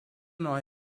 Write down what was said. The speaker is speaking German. neue